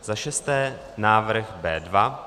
Za šesté, návrh B2.